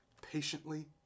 patiently